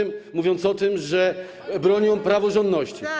mówiąc o tym, że bronią praworządności.